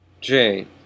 Jane